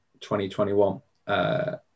2021